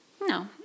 No